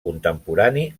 contemporani